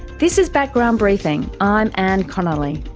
this is background briefing, i'm anne connolly,